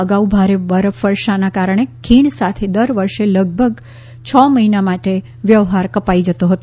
અગાઉ ભારે બરફવર્ષાના કારણે ખીણ સાથે દર વર્ષે લગભગ છ મહિના માટે વ્યવહાર કપાઈ જતો હતો